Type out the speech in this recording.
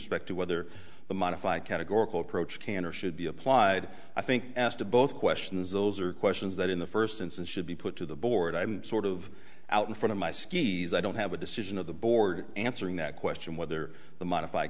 specter whether the modified categorical approach can or should be applied i think as to both questions those are questions that in the first instance should be put to the board i'm sort of out in front of my skis i don't have a decision of the board answering that question whether the modif